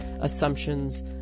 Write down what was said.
assumptions